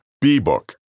b-book